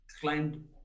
climbed